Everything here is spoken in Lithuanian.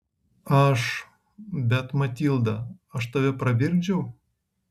aš bet matilda aš tave pravirkdžiau